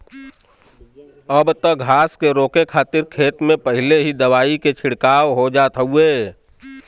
अब त घास के रोके खातिर खेत में पहिले ही दवाई के छिड़काव हो जात हउवे